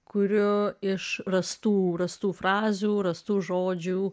kuriu iš rastų rastų frazių rastų žodžių